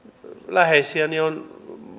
läheisiäni on